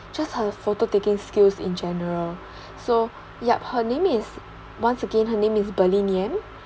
just her photo taking skills in general so yup her name is once again her name is pearlyn yam